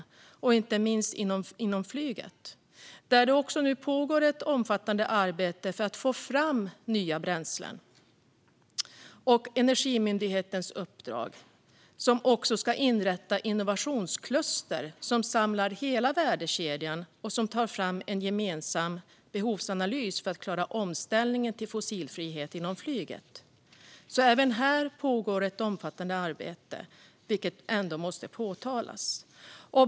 Detta gäller inte minst inom flyget, där det nu pågår ett omfattande arbete för att få fram nya bränslen. Energimyndigheten har ett uppdrag att inrätta innovationskluster som samlar hela värdekedjan och tar fram en gemensam behovsanalys för att klara omställningen till fossilfrihet inom flyget. Även här pågår alltså ett omfattande arbete, vilket ändå måste påpekas.